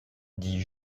dit